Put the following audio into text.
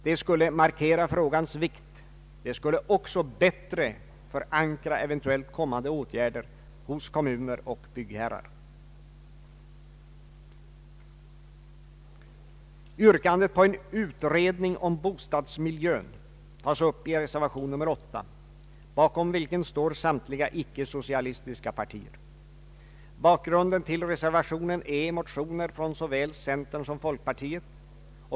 Detta skulle markera frågans vikt, och det skulle också bättre förankra eventuellt kommande åtgärder hos kommuner och byggherrar. Yrkandet på en utredning om bostadsmiljön tas upp i reservation nr 8, bakom vilken står samtliga icke socialistiska partier. Bakgrunden till reser vationen är motioner från såväl centern som folkpartiet.